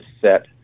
set